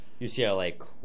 UCLA